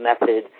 method